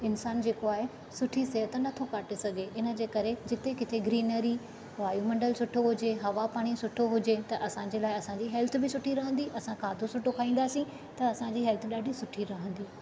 इंसान जेको आहे सुठी सिहत नथो काटे सघे हिन जे करे जिथे किथे ग्रीनरी वायूमंडल सुठो हुजे हवा पाणी सुठो हुजे त असांजे लाइ असांजी हेल्थ बि सुठी रहंदी असां खाधो सुठो खाईंदासीं त असांजी हेल्थ ॾाढी सुठी रहंदी